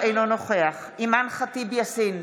אינו נוכח אימאן ח'טיב יאסין,